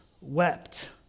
wept